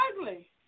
ugly